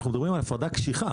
אנחנו מדברים על הפרדה קשיחה,